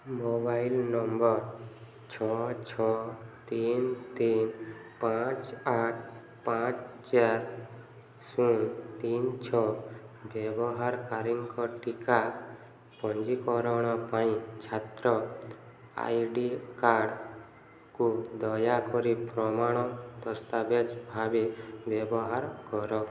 mobile number ଛଅ ଛଅ ତିନି ତିନି ପାଞ୍ଚ ଆଠ ପାଞ୍ଚ ଚାରି ଶୂନ ତିନି ଛଅ ବ୍ୟବହାରକାରୀଙ୍କ ଟିକା ପଞ୍ଜୀକରଣ ପାଇଁ ଛାତ୍ର ଆଇ ଡ଼ି କାର୍ଡ଼୍କୁ ଦୟାକରି ପ୍ରମାଣ ଦସ୍ତାବେଜ୍ ଭାବେ ବ୍ୟବହାର କର